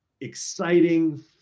exciting